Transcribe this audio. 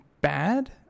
bad